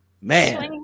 man